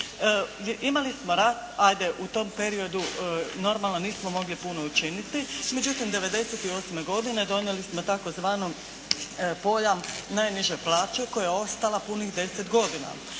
Imali smo rast ajde u tom periodu, normalno nismo mogli puno učiniti međutim 1998. godine donijeli smo tzv. pojam najniže plaće koja je ostala punih 10 godina.